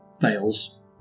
fails